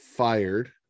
Fired